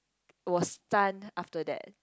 was stunned after that